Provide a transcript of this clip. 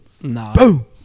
Boom